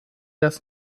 das